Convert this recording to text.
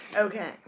Okay